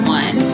one